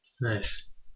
Nice